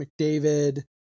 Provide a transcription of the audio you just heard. McDavid